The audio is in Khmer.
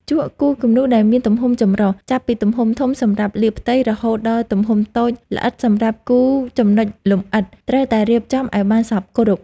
ជក់គូរគំនូរដែលមានទំហំចម្រុះ ចាប់ពីទំហំធំសម្រាប់លាបផ្ទៃ រហូតដល់ទំហំតូចល្អិតសម្រាប់គូរចំណុចលម្អិត ត្រូវតែរៀបចំឱ្យបានសព្វគ្រប់។